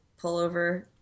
pullover